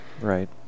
right